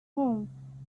home